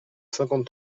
cinquante